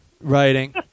writing